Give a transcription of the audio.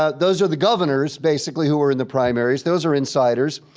ah those are the governors basically who were in the primaries, those are insiders.